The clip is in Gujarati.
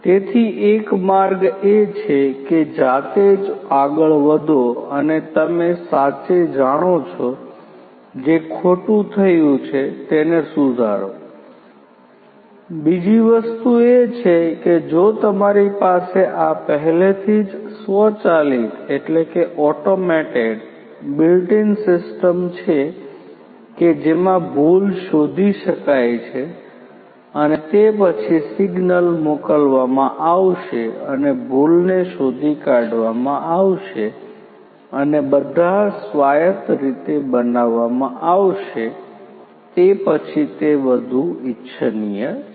તેથી એક માર્ગ એ છે કે જાતે જ આગળ વધો અને તમે સાચે જાણો છો જે ખોટું થયું છે તેને સુધારો બીજી વસ્તુ એ છે કે જો તમારી પાસે આ પહેલેથી જ સ્વચાલિત ઓટોમેટેડ બિલ્ટ ઇન સિસ્ટમ છે કે જેમાં ભૂલ શોધી શકાય છે અને તે પછી સિગ્નલ મોકલવામાં આવશે અને ભૂલને શોધી કાઢવામાં આવશે અને બધા સ્વાયત્ત રીતે બનાવવામાં આવશે તે પછી તે વધુ ઇચ્છનીય છે